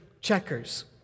checkers